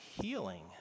healing